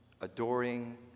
adoring